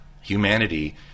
humanity